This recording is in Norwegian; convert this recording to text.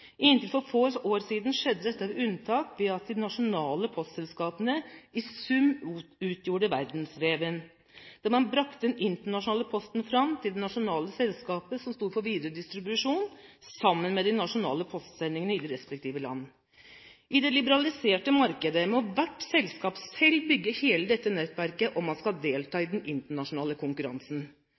Inntil for få år siden skjedde dette uten unntak ved at de nasjonale postselskapene i sum utgjorde verdensveven, der man brakte den internasjonale posten fram til det nasjonale selskapet, som sto for den videre distribusjonen sammen med de nasjonale postsendingene i de respektive land. I det liberaliserte markedet må hvert selskap selv bygge hele dette nettverket om man skal delta i den internasjonale konkurransen.